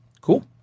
Cool